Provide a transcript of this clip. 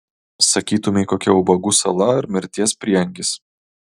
sakytumei kokia ubagų sala ar mirties prieangis